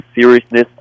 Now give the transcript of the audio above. seriousness